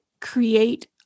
create